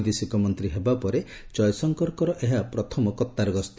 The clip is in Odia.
ବୈଦେଶିକ ମନ୍ତ୍ରୀ ହେବା ପରେ ଜୟଶଙ୍କରଙ୍କର ଏହା ପ୍ରଥମ କତ୍ତାର୍ ଗସ୍ତ